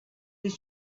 this